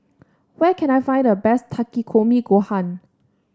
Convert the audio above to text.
where can I find the best Takikomi Gohan